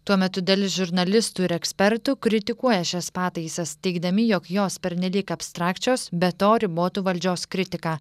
tuo metu dalis žurnalistų ir ekspertų kritikuoja šias pataisas teigdami jog jos pernelyg abstrakčios be to ribotų valdžios kritiką